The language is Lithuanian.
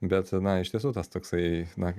bet na iš tiesų tas toksai na